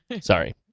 Sorry